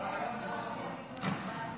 1 נתקבל.